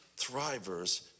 thrivers